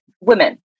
women